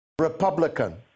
Republican